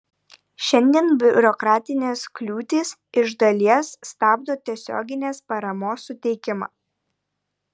šiandien biurokratinės kliūtys iš dalies stabdo tiesioginės paramos suteikimą